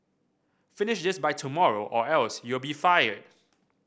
finish this by tomorrow or else you'll be fired